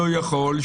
לא יכול,